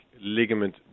ligament